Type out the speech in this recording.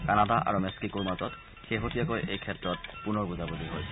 Canada আৰু মেক্সিকোৰ মাজত শেহতীয়াকৈ এই ক্ষেত্ৰত পুনৰ বুজাবুজি হৈছিল